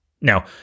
Now